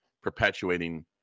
perpetuating